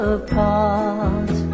apart